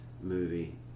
movie